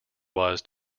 was